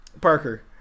Parker